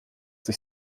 sich